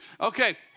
Okay